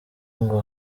ngo